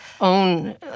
own